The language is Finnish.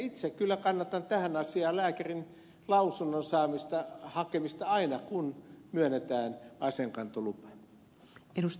itse kyllä kannatan tässä asiassa lääkärinlausunnon hakemista aina kun myönnetään aseenkantolupa